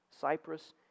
Cyprus